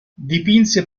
dipinse